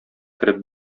кереп